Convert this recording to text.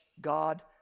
God